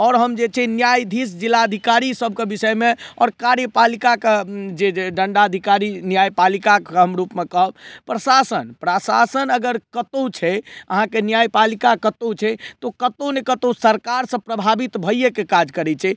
आओर हम जे छै न्यायधीश जिलाधिकारी सबके विषयमे आओर कार्यपालिकाके जे दण्डाधिकारी न्यायपालिकाके हम रूपमे कहब प्रशासन प्रशासन अगर कतहु छै अहाँके न्यायपालिका कतहु छै तऽ ओ कतहु ने कतहु सरकारसँ प्रभावित भइयैके काज करय छै